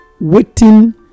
waiting